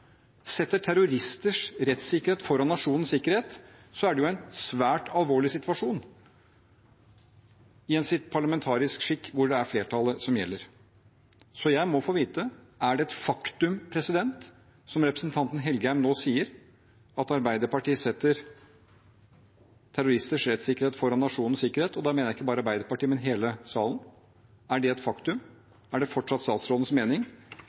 setter terroristers rettssikkerhet foran nasjonens sikkerhet, er det en svært alvorlig situasjon i en parlamentarisk skikk hvor det er flertallet som gjelder. Så jeg må få vite: Er det et faktum, som representanten Engen-Helgheim nå sier, at Arbeiderpartiet setter terroristers rettssikkerhet foran nasjonens sikkerhet? Da mener jeg ikke bare Arbeiderpartiet, men hele salen. Er det et faktum? Er det fortsatt statsrådens mening,